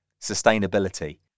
Sustainability